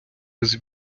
без